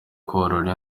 korora